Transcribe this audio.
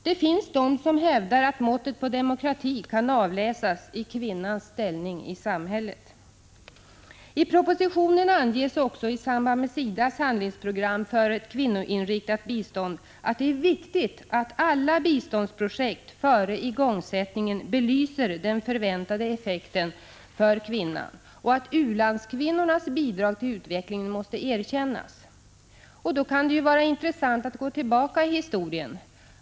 Det finns de som hävdar att måttet på demokrati kan avläsas i kvinnans ställning i samhället. I propositionen anges också i samband med SIDAS:s handlingsprogram för ett kvinnoinriktat bistånd, att det är viktigt att alla biståndsprojekt, före igångsättningen, belyser den förväntade effekten för kvinnan och att u-landskvinnornas bidrag till utvecklingen måste erkännas. Då kan det vara intressant att gå tillbaka i historien.